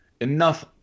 Enough